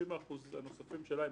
הנושא נפתר,